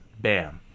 bam